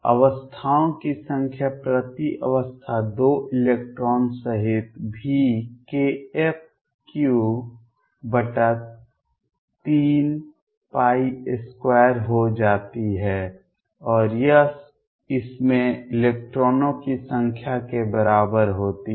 अवस्थाओं की संख्या प्रति अवस्था 2 इलेक्ट्रॉन सहित VkF332 हो जाती है और यह इसमें इलेक्ट्रॉनों की संख्या के बराबर होती है